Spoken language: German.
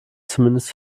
zumindest